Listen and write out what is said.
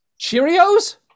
cheerios